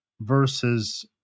versus